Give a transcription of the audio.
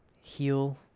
heal